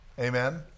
Amen